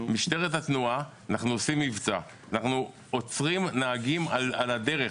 אנחנו עושים מבצע עם משטרת התנועה שבו אנחנו עוצרים נהגים על הדרך.